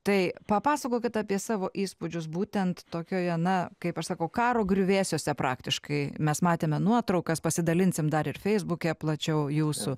tai papasakokit apie savo įspūdžius būtent tokioje na kaip aš sakau karo griuvėsiuose praktiškai mes matėme nuotraukas pasidalinsim dar ir feisbuke plačiau jūsų